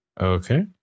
Okay